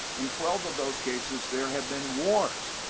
in twelve of those cases, there have been wars.